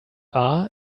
are